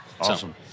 Awesome